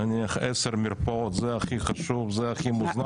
נניח 10 מרפאות זה הכי חשוב, זה הכי מוזנח.